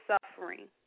suffering